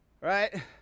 right